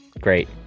Great